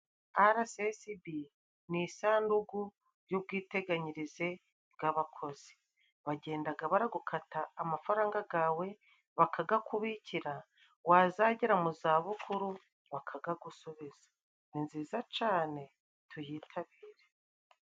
Arayesesibi ni isandugu y'ubwiteganyirize bw'abakozi. Bagendaga baragukata amafaranga gawe bakagakubikira. Wazagera mu za bukuru bakagagusubiza. Ni nziza cane tuyitabire.